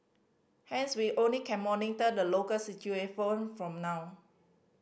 hence we only can monitor the local from now